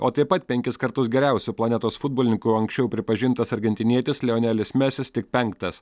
o taip pat penkis kartus geriausiu planetos futbolininku anksčiau pripažintas argentinietis lionelis mesis tik penktas